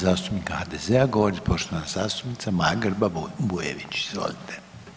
zastupnika HDZ-a govoriti poštovana zastupnica Maja Grba-Bujević, izvolite.